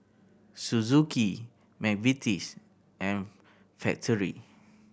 Suzuki McVitie's and Factorie